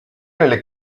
nelle